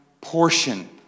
portion